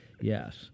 Yes